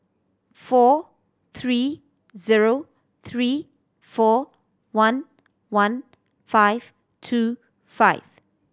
four three zero three four one one five two five